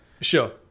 Sure